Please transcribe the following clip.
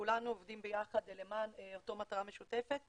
כולנו עובדים ביחד למען אותה מטרה משותפת.